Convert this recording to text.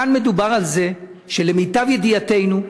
כאן מדובר על זה שלמיטב ידיעתנו,